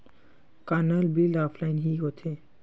का नल bill offline हि होथे?